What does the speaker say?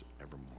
evermore